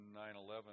9/11